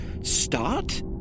start